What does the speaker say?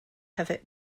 have